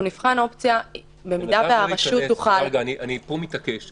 אנחנו נבחן אופציה שהרשות תוכל --- אני מתעקש פה.